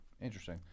Interesting